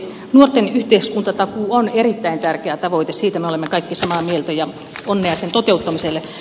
nuorten yhteiskuntatakuu on erittäin tärkeä tavoite siitä me olemme kaikki samaa mieltä ja onnea sen toteuttamiselle